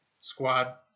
squad